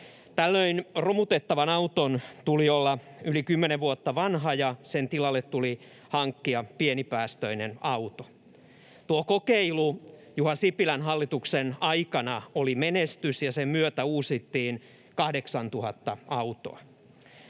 Tällöin romutettavan auton tuli olla yli 10 vuotta vanha, ja sen tilalle tuli hankkia pienipäästöinen auto. Tuo kokeilu Juha Sipilän hallituksen aikana oli menestys, ja sen myötä uusittiin 8 000 autoa.